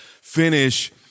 finish